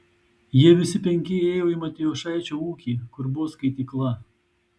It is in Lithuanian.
jie visi penki ėjo į matijošaičio ūkį kur buvo skaitykla